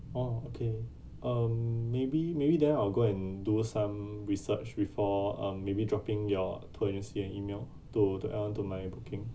oh okay um maybe maybe then I'll go and do some research before um maybe dropping your tour agency an email to to add on to my booking